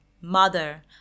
mother